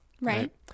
right